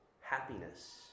Happiness